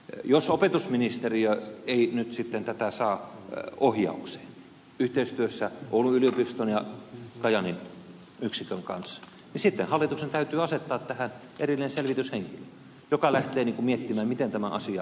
jos opetusministeriö ei nyt sitten saa tätä ohjaukseen yhteistyössä oulun yliopiston ja kajaanin yksikön kanssa niin sitten hallituksen täytyy asettaa tähän erillinen selvityshenkilö joka lähtee miettimään miten tämä asia hoidetaan